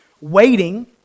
Waiting